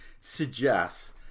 suggests